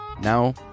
Now